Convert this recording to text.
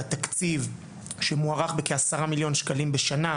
התקציב שמוערך בכ-10 מיליון שקלים בשנה,